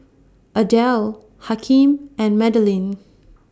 Adelle Hakeem and Madalyn